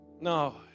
No